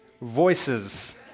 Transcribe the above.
voices